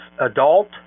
adult